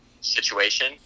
situation